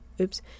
oops